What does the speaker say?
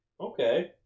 Okay